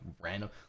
random